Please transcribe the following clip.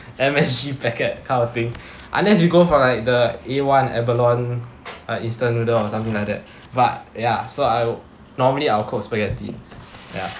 M_S_G packet kind of thing unless you go for like the A one abalone uh instant noodle or something like that but ya so I normally I will cook spaghetti ya